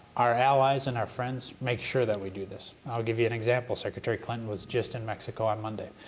our allies and our friends make sure that we do this. i'll give you an example. secretary clinton was just in mexico on monday,